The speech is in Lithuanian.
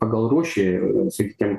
pagal rūšį sakykim